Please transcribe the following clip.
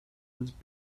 his